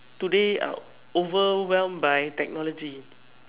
today uh overwhelmed by technology